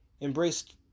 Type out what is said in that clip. embraced